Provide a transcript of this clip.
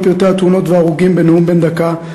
פרטי התאונות וההרוגים בנאום בן דקה,